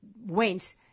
went